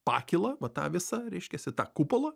pakylą va tą visą reiškiasi tą kupolą